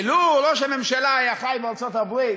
שלו ראש הממשלה היה חי בארצות-הברית,